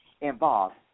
involved